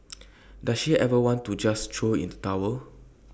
does she ever want to just throw in the towel